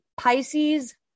Pisces